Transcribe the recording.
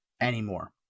anymore